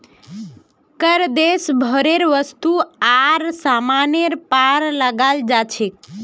कर देश भरेर वस्तु आर सामानेर पर लगाल जा छेक